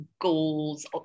goals